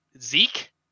Zeke